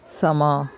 ਸਮਾਂ